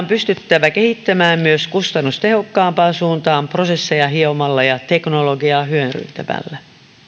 pystyttävä kehittämään myös kustannustehokkaampaan suuntaan prosesseja hiomalla ja teknologiaa hyödyntämällä